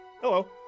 Hello